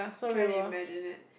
trying to imagine to it